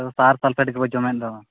ᱡᱚᱢᱮᱫ ᱫᱚ